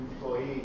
employee